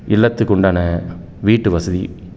இல்லத்துக்கு உண்டான வீட்டு வசதி